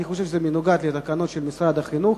אני חושב שזה מנוגד לתקנות של משרד החינוך,